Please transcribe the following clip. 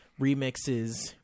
remixes